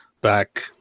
back